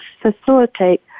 facilitate